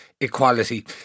equality